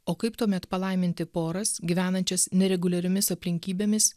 o kaip tuomet palaiminti poras gyvenančias nereguliariomis aplinkybėmis